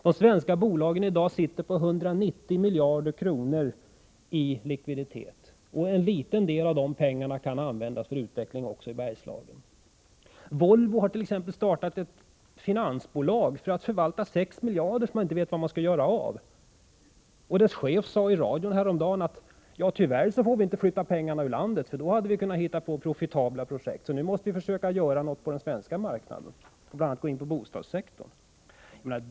De svenska bolagen sitter i dag på 190 miljarder kronor i likviditet. En liten del av de pengarna kan användas för utveckling också i Bergslagen. Volvo har t.ex. startat ett finansbolag för att förvalta sex miljarder som man inte vet var man skall göra av. Dess chef sade häromdagen i radio: Tyvärr får vi inte flytta pengarna ur landet — då hade vi kunnat hitta profitabla projekt — så nu måste vi försöka göra någonting på den svenska marknaden, bl.a. gå in på bostadssektorn.